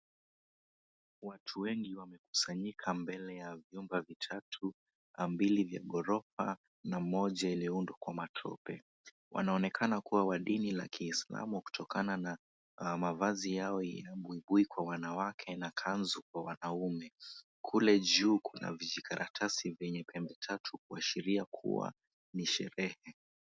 Watu wengi wamekusanyika mbele ya vyumba vitatu, mbili vya ghorofa na moja iliyoundwa kwa matope. Wanaonekana kuwa wa dini la kiislamu kutokana na mavazi yao ya buibui kwa wanawake na kanzu kwa wanaume. Kule juu kuna vijikaratasi vyenye pembe tatu kuashiria kuwa ni sherehe.